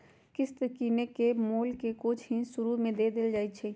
किस्त किनेए में मोल के कुछ हिस शुरू में दे देल जाइ छइ